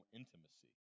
intimacy